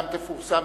וגם תפורסם,